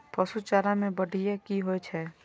पशु चारा मैं बढ़िया की होय छै?